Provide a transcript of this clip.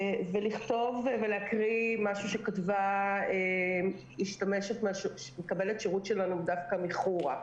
ולהקריא משהו שכתבה דווקא משתמשת שמקבלת את השירות שלנו מחורה.